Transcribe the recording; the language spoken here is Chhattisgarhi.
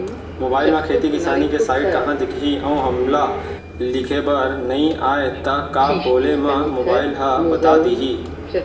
मोबाइल म खेती किसानी के साइट कहाँ दिखही अऊ हमला लिखेबर नई आय त का बोले म मोबाइल ह बता दिही?